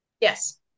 yes